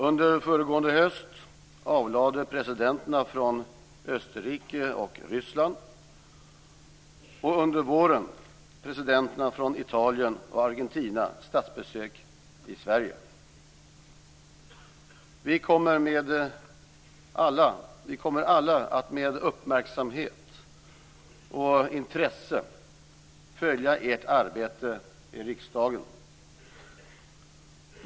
Under föregående höst avlade presidenterna från Österrike och Ryssland och under våren presidenterna från Italien och Argentina statsbesök i Sverige. Vi kommer alla att med uppmärksamhet och intresse följa ert arbete i riksdagen.